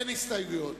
אין הסתייגויות.